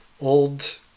old